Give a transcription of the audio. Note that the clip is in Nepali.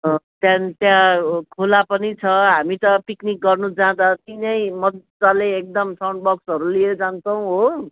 अ त्यहाँदेखि त्यहाँ खोला पनि छ हामी त पिकनिक गर्नु जाँदा त्यहीँ नै मजाले एकदम साउन्ड बक्सहरू लिएर जान्छौँ हो